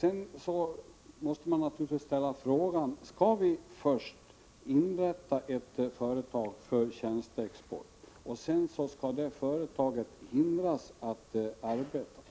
beslut. Man måste ställa frågan: Skall vi först inrätta ett företag för tjänsteexport och sedan hindra detta företag från att arbeta?